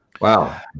wow